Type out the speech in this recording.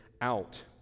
out